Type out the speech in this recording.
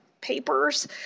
papers